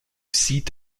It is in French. site